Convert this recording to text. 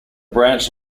branch